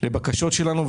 לבקשות שלנו,